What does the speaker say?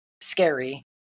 scary